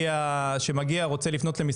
ואת זה אני אבקש ממנכ"לית המשרד,